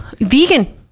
vegan